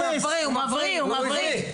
הוא מבריא, הוא מבריא.